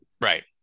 right